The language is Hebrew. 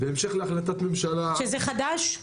שזה חדש?